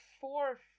four